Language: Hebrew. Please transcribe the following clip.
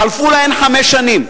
חלפו להן חמש שנים,